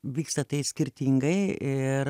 vyksta tai skirtingai ir